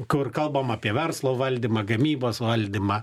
kur kalbam apie verslo valdymą gamybos valdymą